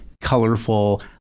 colorful